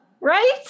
right